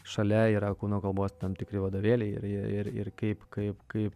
šalia yra kūno kalbos tam tikri vadovėliai ir ir kaip kaip kaip